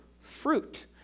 fruit